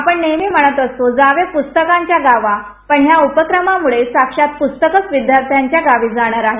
आपण नेहमी म्हणत असतो जावे पुस्तकांच्या गावा पण ह्या उपक्रमामुळे साक्षात प्स्तकंच विद्यार्थ्यांच्या गावी जाणार आहेत